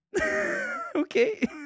okay